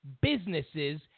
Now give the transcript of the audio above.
businesses